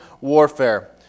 warfare